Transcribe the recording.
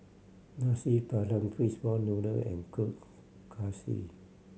Nasi Padang fish ball noodle and Kuih Kaswi